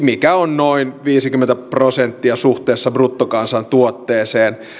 mikä on noin viisikymmentä prosenttia suhteessa bruttokansantuotteeseen